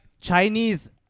Chinese